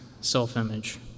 self-image